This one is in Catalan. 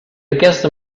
aquesta